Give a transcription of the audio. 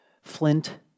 Flint